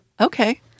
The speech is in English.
Okay